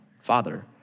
Father